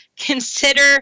consider